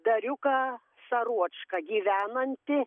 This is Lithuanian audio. dariuką saruočką gyvenantį